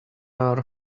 are